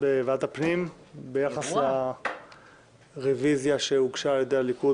בוועדת הפנים ביחס לרוויזיה שהוגשה על-ידי הליכוד